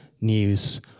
news